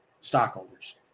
stockholders